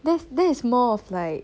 there's that is more of like